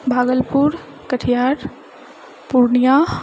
Bhagalpur Katihar Purnia